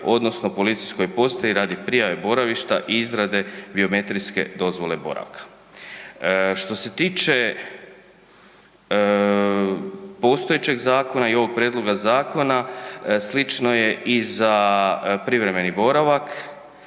odnosno policijskoj postaji radi prijave boravišta i izrade biometrijske dozvole boravka. Što se tiče postojećeg zakona i ovog prijedloga zakona slično je i za privremeni boravak